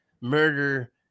murder